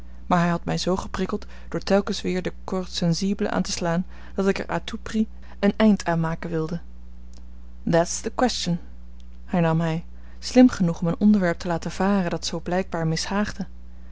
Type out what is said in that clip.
maar hij had mij zoo geprikkeld door telkens weer de corde sensible aan te slaan dat ik er à tout prix een eind aan maken wilde that s question hernam hij slim genoeg om een onderwerp te laten varen dat zoo blijkbaar